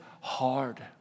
hard